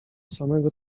samego